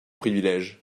privilèges